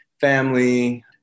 family